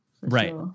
Right